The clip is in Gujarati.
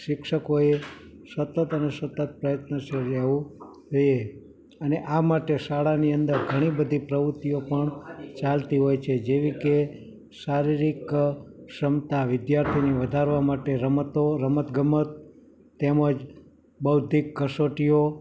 શિક્ષકોએ સતત અને સતત પ્રયત્નશીલ રહેવું જોઇએ અને આ માટે શાળાની અંદર ઘણી બધી પ્રવૃત્તિઓ પણ ચાલતી હોય છે જેવી કે શારીરિક ક્ષમતા વિદ્યાર્થીની વધારવા માટે રમતો રમતગમત તેમજ બૌદ્ધિક કસોટીઓ